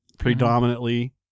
predominantly